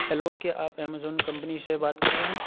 hello کیا آپ Amazon company سے بات کر رہے ہیں